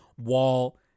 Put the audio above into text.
Wall